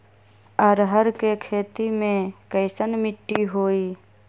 अरहर के खेती मे कैसन मिट्टी होइ?